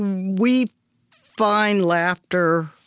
we find laughter